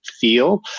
feel